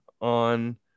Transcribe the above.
on